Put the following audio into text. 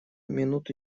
минуту